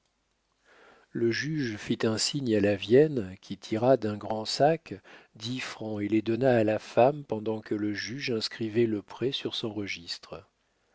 le juge fit un signe à lavienne qui tira d'un grand sac dix francs et les donna à la femme pendant que le juge inscrivait le prêt sur son registre